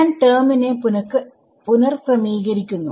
ഞാൻ ടെർമ് നെ പുനർക്രമീകരിക്കുന്നു